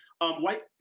white